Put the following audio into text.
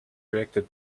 reacted